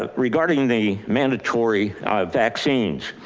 ah regarding the mandatory vaccines.